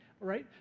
right